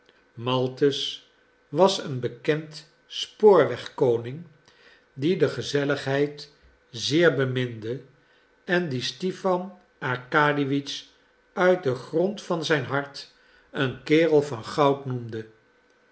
maltus was een bekend spoorwegkoning die de gezelligheid zeer beminde en dien stipan arkadiewitsch uit den grond van zijn hart een kerel van goud noemde